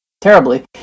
terribly